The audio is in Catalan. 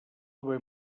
haver